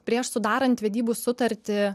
prieš sudarant vedybų sutartį